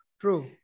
True